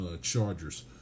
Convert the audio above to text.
Chargers